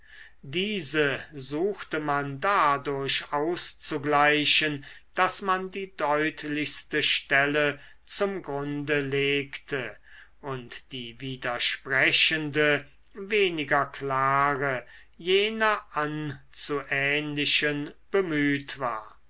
diese suchte man dadurch auszugleichen daß man die deutlichste stelle zum grunde legte und die widersprechende weniger klare jener anzuähnlichen bemüht war